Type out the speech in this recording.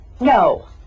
No